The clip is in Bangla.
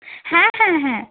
হ্যাঁ হ্যাঁ হ্যাঁ